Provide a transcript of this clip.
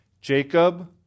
Jacob